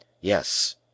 Yes